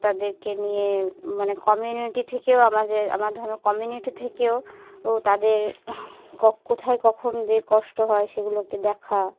তাদেরকে নিয়ে মানে কমিউনিটি থেকেও আমাদের আমার ধর্মের কমিউনিটি থেকেও ও তাদের ক কোথায় কখন যে কষ্ট হয় সেগুলোকে দেখা